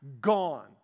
gone